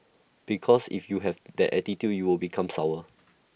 because if you have that attitude you will become sour